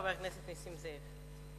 חבר הכנסת נסים זאב.